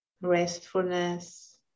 restfulness